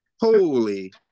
Holy